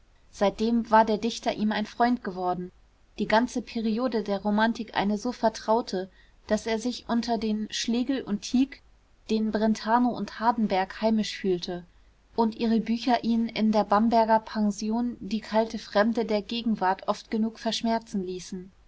seitdem war der dichter ihm ein freund geworden die ganze periode der romantik eine so vertraute daß er sich unter den schlegel und tieck den brentano und hardenberg heimisch fühlte und ihre bücher ihn in der bamberger pension die kalte fremde der gegenwart oft genug verschmerzen ließen